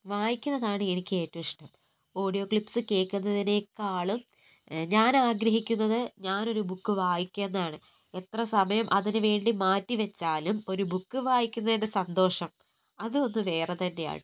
വായിക്കുന്നതാണ് എനിക്ക് ഏറ്റവും ഇഷ്ടം ഓഡിയോ ക്ലിപ്സ് കേൾക്കുന്നതിനേക്കാളും ഞാൻ ആഗ്രഹിക്കുന്നത് ഞാനൊരു ബുക്ക് വായിക്കുന്നതാണ് എത്ര സമയം അതിനുവേണ്ടി മാറ്റി വച്ചാലും ഒരു ബുക്ക് വായിക്കുന്നതിൻ്റെ സന്തോഷം അതൊന്നു വേറെ തന്നെയാണ് കേട്ടോ